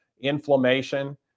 inflammation